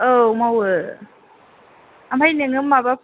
औ मावो ओमफ्राय नोङो माबा